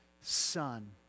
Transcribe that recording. son